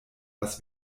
was